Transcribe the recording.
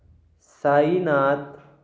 Sainath